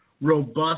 robust